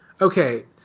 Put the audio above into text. Okay